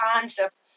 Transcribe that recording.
concept